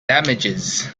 damages